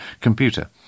computer